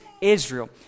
Israel